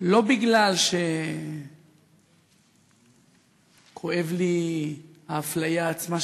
לא בגלל שכואבת לי האפליה עצמה,